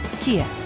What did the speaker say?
Kia